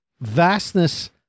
vastness